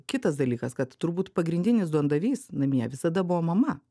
kitas dalykas kad turbūt pagrindinis duondavys namie visada buvo mama